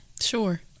Sure